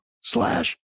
slash